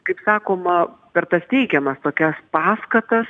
kaip sakoma per tas teigiamas tokias paskatas